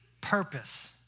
purpose